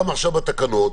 גם עכשיו בתקנות,